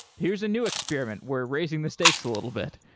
here is a new experiment. we're raising the stakes a little bit.